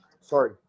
sorry